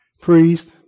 priest